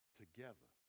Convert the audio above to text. together